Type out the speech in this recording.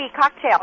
cocktail